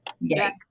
Yes